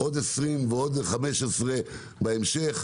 עוד 20,000 ועוד 15,000 בהמשך,